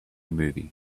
movie